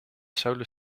solar